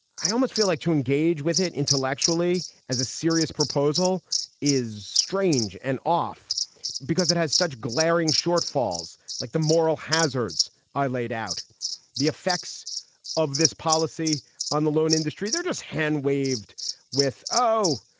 i almost feel like to engage with it intellectually as a serious proposal is strange and off because it has such glaring shortfalls like the moral hazards, i laid out the effects of this policy on the loan industry, they're just hand waved with, oh,